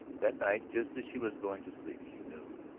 that night, just as she was going to sleep, she knew.